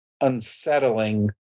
unsettling